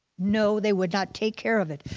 no, they would not take care of it,